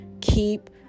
Keep